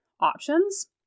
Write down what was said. options